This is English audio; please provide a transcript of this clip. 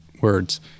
words